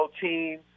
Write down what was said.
team